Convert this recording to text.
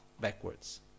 backwards